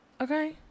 Okay